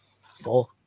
Four